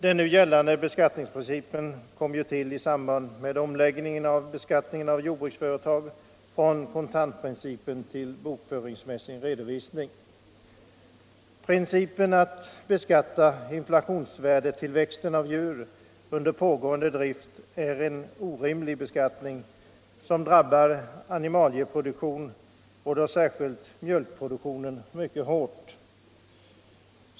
Den nu gällande beskattningsprincipen kom till i samband med omläggningen av beskattningen av jordbruksföretag från redovisning enligt kontantprincipen till bokföringsmässig redovisning. Principen att beskatta inflationsvärdetillväxten av djur under pågående drift är orimlig och drabbar animalieproduktionen, särskilt mjölkproduktionen, mycket hårt.